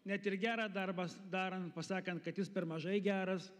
net ir gerą darbą s darant pasakant kad jis per mažai geras